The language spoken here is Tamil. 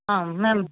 ஆ மேம்